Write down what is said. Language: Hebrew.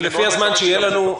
אני מאוד מקווה שגם זה ייפתר.